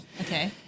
Okay